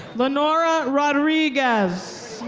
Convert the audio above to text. lenora rodriguez.